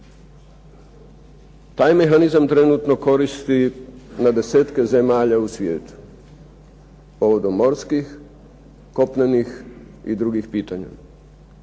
Taj mehanizam trenutno koristi na desetke zemalja u svijetu povodom morskih, kopnenih i drugih pitanja.